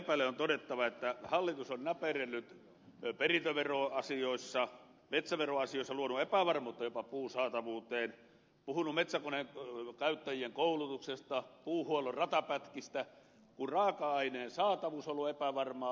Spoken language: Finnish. lepälle on todettava että hallitus on näperrellyt perintöveroasioissa metsäveroasioissa luonut epävarmuutta jopa puun saatavuuteen puhunut metsäkoneen käyttäjien koulutuksesta puuhuollon ratapätkistä kun raaka aineen saatavuus on ollut epävarmaa